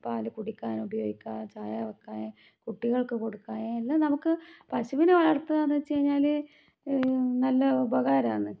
പാൽ കുടിക്കാനുപയോഗിക്കാം ചായ വക്കാൻ കുട്ടികൾക്ക് കൊടുക്കാൻ എല്ലാം നമുക്ക് പശുവിനെ വളർത്തുകാന്ന് വെച്ച് കഴിഞ്ഞാൽ നല്ല ഉപകാരമാണ്